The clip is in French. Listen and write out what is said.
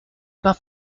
pas